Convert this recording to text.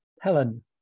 Helen